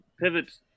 pivots